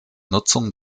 nutzung